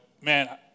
man